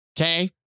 okay